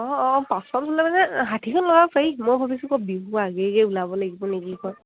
অঁ অঁ পাঁচখন ওলাব যে মানে ষাঠিখন ল'গাব পাৰি মই ভাবিছোঁ আকৌ বিহু আগে আগে ওলাব লাগিব নেকি আকৌ